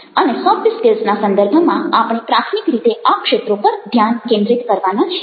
અને સોફ્ટ સ્કિલ્સના સંદર્ભમાં આપણે પ્રાથમિક રીતે આ ક્ષેત્રો પર ધ્યાન કેન્દ્રિત કરવાના છીએ